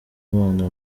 imana